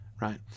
right